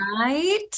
Right